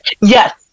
Yes